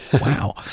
wow